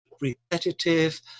repetitive